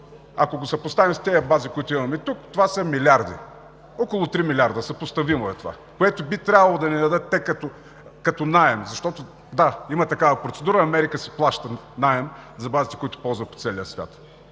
ако го съпоставим с тези бази, които имаме тук, това са милиарди. Около 3 милиарда – съпоставимо е това, което би трябвало да ни дадат те като наем. Има такава процедура – Америка си плаща наем за базите, които ползва по целия свят.